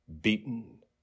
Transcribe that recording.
Beaten